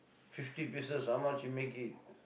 fifty pieces how much you make it